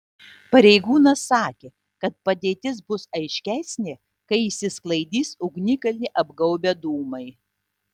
pareigūnas sakė kad padėtis bus aiškesnė kai išsisklaidys ugnikalnį apgaubę dūmai